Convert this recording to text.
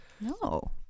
no